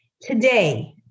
Today